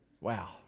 Wow